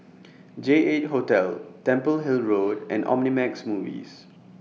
J eight Hotel Temple Hill Road and Omnimax Movies